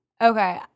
Okay